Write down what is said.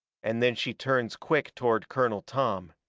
and then she turns quick toward colonel tom.